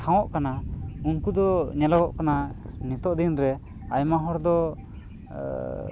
ᱴᱷᱟᱸᱣᱚᱜ ᱠᱟᱱᱟ ᱩᱝᱠᱩ ᱫᱚ ᱧᱮᱞᱚᱜᱚᱜ ᱠᱟᱱᱟ ᱱᱤᱛᱚᱜ ᱫᱤᱱ ᱨᱮ ᱟᱭᱢᱟ ᱦᱚᱲ ᱫᱚ